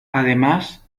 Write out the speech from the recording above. además